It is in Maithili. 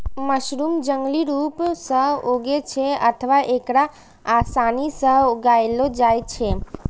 मशरूम जंगली रूप सं उगै छै अथवा एकरा आसानी सं उगाएलो जाइ छै